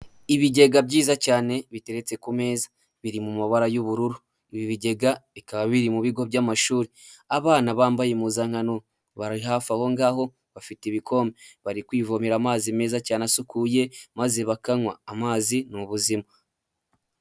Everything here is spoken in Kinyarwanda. Ibigega byiza cyane biteretse ku meza biri mu mabara y'ubururu ibi bigega bikaba biri mu bigo by'amashuri abana bambaye impuzankan bari hafi aho ngaho bafite ibikombe bari kwivomera amazi meza cyane asukuye maze bakanywa amazi n'ubuzima.